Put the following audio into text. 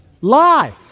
Lie